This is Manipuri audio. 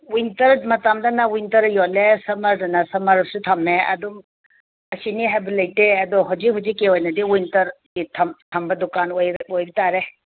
ꯋꯤꯟꯇꯔ ꯃꯇꯝꯗꯅ ꯋꯤꯟꯇꯔ ꯌꯣꯜꯂꯦ ꯁꯃꯔꯗꯅ ꯁꯃꯔꯁꯨ ꯊꯝꯃꯦ ꯑꯗꯨꯝ ꯑꯁꯤꯅꯤ ꯍꯥꯏꯕ ꯂꯩꯇꯦ ꯑꯗꯣ ꯍꯧꯖꯤꯛ ꯍꯧꯖꯤꯛꯀꯤ ꯑꯣꯏꯅꯗꯤ ꯋꯤꯟꯇꯔꯒꯤ ꯊꯝꯕ ꯗꯨꯀꯥꯟ ꯑꯣꯏꯕ ꯇꯥꯔꯦ